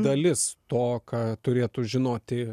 dalis to ką turėtų žinoti